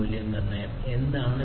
മൂല്യനിർണ്ണയം എന്താണ്